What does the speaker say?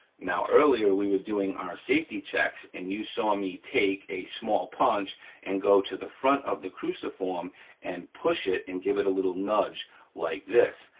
now, earlier, we were doing our safety checks, and you saw me take a small punch and go to the front of the cruciform and push it and give it a little nudge like this.